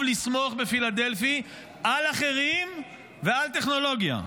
לסמוך בפילדלפי על אחרים ועל טכנולוגיה.